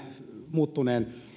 muuttuneen